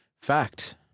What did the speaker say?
Fact